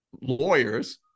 lawyers